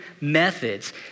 methods